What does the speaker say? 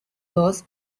rose